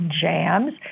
JAMS